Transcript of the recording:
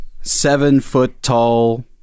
seven-foot-tall